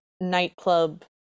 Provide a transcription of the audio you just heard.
nightclub